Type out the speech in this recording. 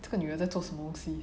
这个女人在做什么东西